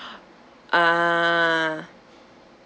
ah